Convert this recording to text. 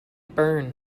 burn